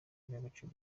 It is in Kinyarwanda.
ry’agaciro